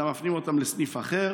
אלא מפנים אותם לסניף אחר